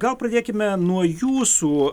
gal pradėkime nuo jūsų